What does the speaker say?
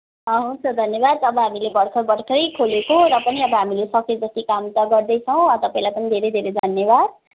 हुन्छ धन्यवाद अब हामीले भखर्र भखर्रै खोलेको र पनि अब हामीले सके जति काम त गर्दैछौँ तपाईँलाई पनि धेरै धेरै धन्यवाद